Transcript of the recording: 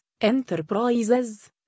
enterprises